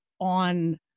on